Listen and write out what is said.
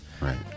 right